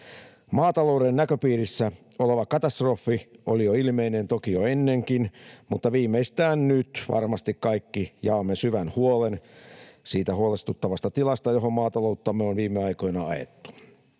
Maatalouden näköpiirissä oleva katastrofi oli ilmeinen toki jo ennenkin, mutta varmasti viimeistään nyt kaikki jaamme syvän huolen siitä huolestuttavasta tilasta, johon maatalouttamme on viime aikoina ajettu.